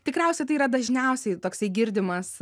tikriausiai tai yra dažniausiai toksai girdimas